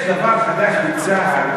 יש דבר חדש בצה"ל,